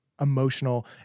emotional –